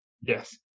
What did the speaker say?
Yes